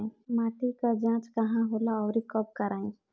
माटी क जांच कहाँ होला अउर कब कराई?